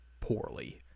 poorly